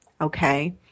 okay